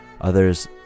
Others